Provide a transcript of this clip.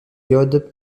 lloyd